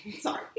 Sorry